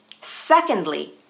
Secondly